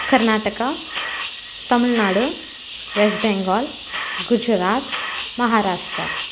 Karnataka Tamil Nadu West Bengal Gujarat Maharashtra